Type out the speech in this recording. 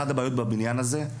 אחת הבעיות בבניין הזה,